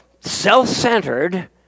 self-centered